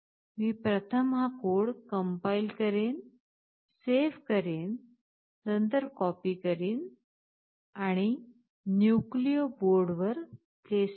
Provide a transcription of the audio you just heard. मी प्रथम हा code compile करेन सेव्ह करेन नंतर कॉपी करेन आणि न्यूक्लियो बोर्डवर पेस्ट करेन